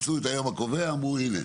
מצאו את היום הקובע אמרו הנה